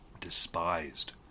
despised